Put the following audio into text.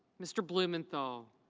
mr. blumenthal.